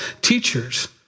teachers